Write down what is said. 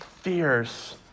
fierce